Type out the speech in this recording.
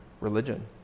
religion